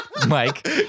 Mike